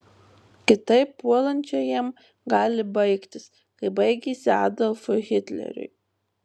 kitaip puolančiajam gali baigtis kaip baigėsi adolfui hitleriui